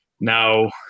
Now